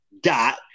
dot